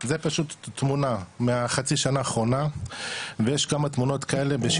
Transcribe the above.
זה פשוט תמונה מהחצי שנה האחרונה ויש כמה תמונות כאלה,